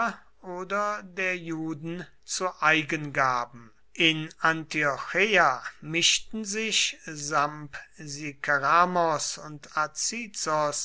oder der juden zu eigen gaben in antiocheia mischten sich sampsikeramos und azizos